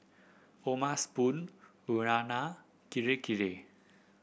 O'ma Spoon Urana Kirei Kirei